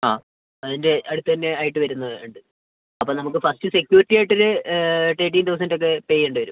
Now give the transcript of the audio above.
ആ അതിൻ്റെ അടുത്തുതന്നെ ആയിട്ട് വരുന്നുണ്ട് അപ്പം നമുക്ക് ഫസ്റ്റ് സെക്യൂരിറ്റി ആയിട്ടൊരു തെർട്ടീൻ തൗസന്റ് ഒക്കെ പേ ചെയ്യേണ്ടി വരും